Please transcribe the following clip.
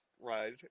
ride